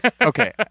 okay